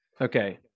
Okay